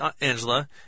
Angela